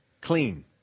Clean